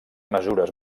mesures